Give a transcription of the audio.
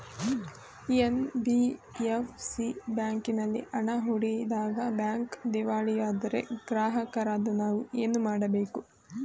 NBFC ಬ್ಯಾಂಕಿನಲ್ಲಿ ಹಣ ಹೂಡಿದಾಗ ಬ್ಯಾಂಕ್ ದಿವಾಳಿಯಾದರೆ ಗ್ರಾಹಕರಾದ ನಾವು ಏನು ಮಾಡಬೇಕು?